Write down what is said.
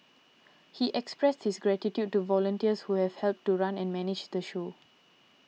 he expressed his gratitude to volunteers who have helped to run and manage the show